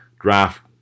draft